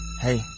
hey